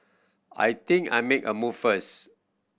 I think I make a move first